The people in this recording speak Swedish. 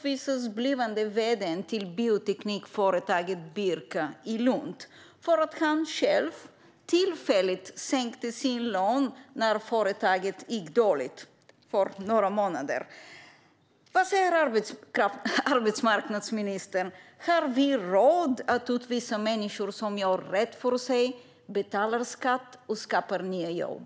Den blivande vd:n för bioteknikföretaget Birka i Lund kommer snart att utvisas för att han själv tillfälligt sänkte sin lön när företaget gick dåligt. Vad säger arbetsmarknadsministern om det? Har vi råd att utvisa människor som gör rätt för sig, betalar skatt och skapar mer jobb?